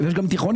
ויש גם תיכונים,